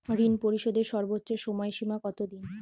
ঋণ পরিশোধের সর্বোচ্চ সময় সীমা কত দিন?